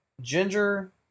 ginger